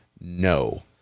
No